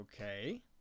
Okay